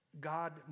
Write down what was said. God